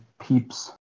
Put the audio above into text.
peeps